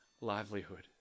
livelihood